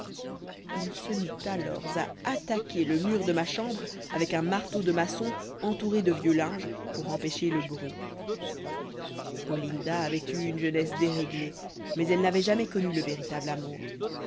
il se mit alors à attaquer le mur de ma chambre avec un marteau de maçon entouré de vieux linge pour empêcher le bruit olinda avait eu une jeunesse déréglée mais elle n'avait jamais connu le véritable amour